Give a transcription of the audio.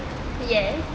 yes